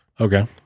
Okay